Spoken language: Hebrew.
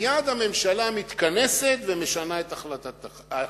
מייד הממשלה מתכנסת ומשנה את החלטתה.